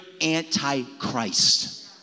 anti-Christ